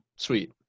Sweet